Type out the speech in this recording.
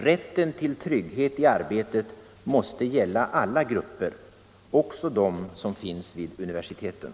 Rätten till trygghet i arbetet måste gälla alla grupper —- också de som finns vid universiteten.